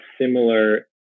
similar